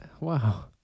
wow